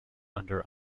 under